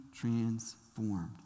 Transformed